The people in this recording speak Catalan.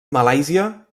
malàisia